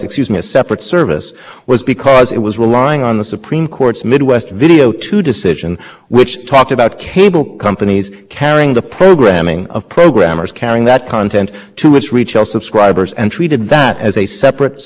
the chairman said when the notice was first issued i think interconnection should be addressed in a separate proceeding it was only in the course of the last few days that the commission came up with the theory that your honor just mentioned which is that the reach of customer relationship